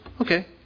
Okay